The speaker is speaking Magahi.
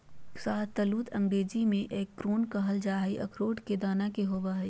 शाहबलूत अंग्रेजी में एकोर्न कहल जा हई, अखरोट के दाना के होव हई